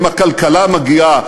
אם הכלכלה מגיעה,